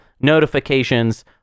notifications